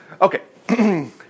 Okay